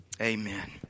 Amen